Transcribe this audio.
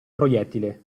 proiettile